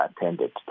attended